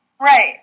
Right